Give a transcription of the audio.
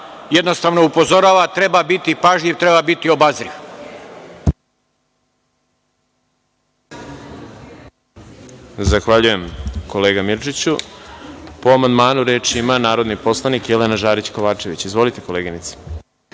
jednostavno upozorava, treba biti pažljiv, treba biti obazriv.